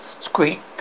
Squeak